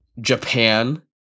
Japan